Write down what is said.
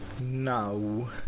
no